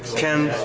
can.